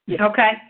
Okay